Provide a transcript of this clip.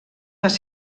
les